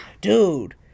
Dude